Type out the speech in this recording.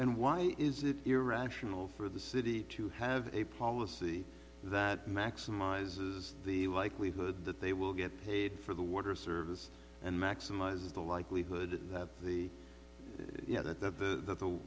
and why is it irrational for the city to have a policy that maximizes the wike we've heard that they will get paid for the water service and maximize the likelihood that the